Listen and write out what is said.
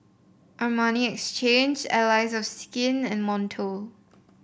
Armani Exchange Allies of Skin and Monto